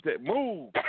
Move